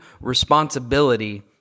responsibility